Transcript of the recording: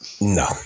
No